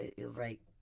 Right